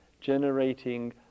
Generating